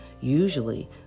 Usually